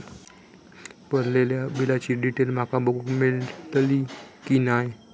भरलेल्या बिलाची डिटेल माका बघूक मेलटली की नाय?